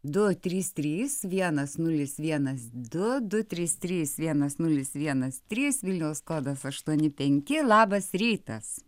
du trys trys vienas nulis vienas du du trys trys vienas nulis vienas trys vilniaus kodas aštuoni penki labas rytas